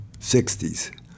60s